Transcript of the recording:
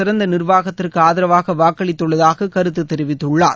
சிறந்த நிர்வாகத்திற்கு ஆதரவாக வாக்களித்துள்ளதாக கருத்து தெரிவித்துள்ளார்